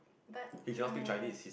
but we are ya ya